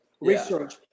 Research